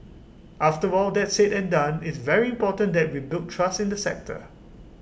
after all that's said and done it's very important that we build trust in the sector